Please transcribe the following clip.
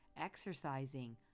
exercising